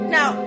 Now